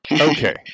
okay